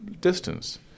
distance